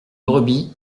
brebis